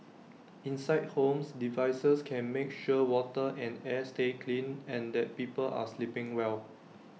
inside homes devices can make sure water and air stay clean and that people are sleeping well